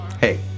hey